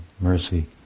mercy